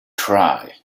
try